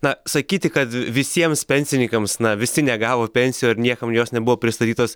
na sakyti kad visiems pensininkams na visi negavo pensijų ar niekam jos nebuvo pristatytos